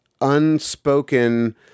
unspoken